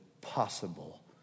possible